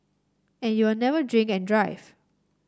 and you'll never drink and drive